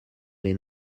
les